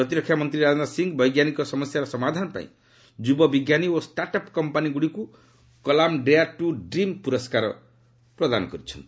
ପ୍ରତିରକ୍ଷା ମନ୍ତ୍ରୀ ରାଜନାଥ ସିଂହ ବୈଜ୍ଞାନିକ ସମସ୍ୟାର ସମାଧାନ ପାଇଁ ଯୁବ ବିଜ୍ଞାନୀ ଓ ଷ୍ଟାର୍ଟ୍ଅପ୍ କମ୍ପାନୀଗୁଡ଼ିକୁ କଲାମ୍ ଡେୟାର୍ ଟୁ ଡ୍ରିମ୍ ପୁରସ୍କାର ପ୍ରଦାନ କରିଛନ୍ତି